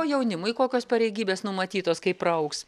o jaunimui kokios pareigybės numatytos kai praaugs